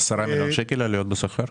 עשרה מיליון שקל עלויות בשכר?